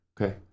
Okay